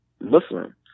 Muslim